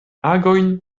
agojn